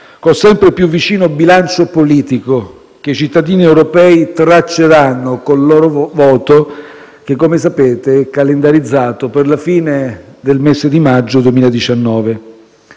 col sempre più vicino bilancio politico che i cittadini europei tracceranno con il loro voto che, come sapete, è calendarizzato per la fine del mese di maggio 2019.